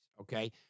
okay